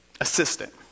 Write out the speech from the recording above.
assistant